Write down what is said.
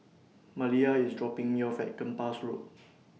Maliyah IS dropping Me off At Kempas Road